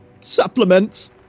supplements